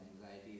anxiety